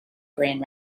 grand